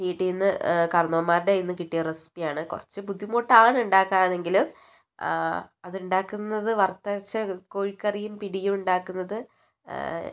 വീട്ടിൽ നിന്ന് കാർണോമാരെ കയ്യിന്ന് കിട്ടിയ റെസിപ്പിയാണ് കുറച്ച് ബുദ്ധിമുട്ടാണ് ഉണ്ടാക്കാനെങ്കിലും അത് ഉണ്ടാക്കുന്നത് വർത്തരച്ച് കോഴിക്കറിയും പിടിയും ഉണ്ടാക്കുന്നത്